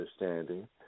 understanding